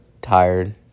tired